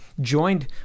joined